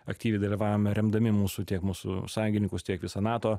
aktyviai dalyvavome remdami mūsų tiek mūsų sąjungininkus tiek visą nato